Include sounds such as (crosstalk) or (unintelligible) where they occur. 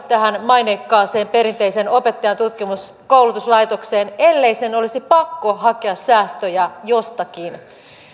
(unintelligible) tähän maineikkaaseen perinteiseen opettajankoulutuslaitokseen ellei sen olisi pakko hakea säästöjä jostakin